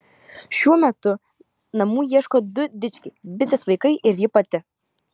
šiuo metu namų ieško du dičkiai bitės vaikai ir ji pati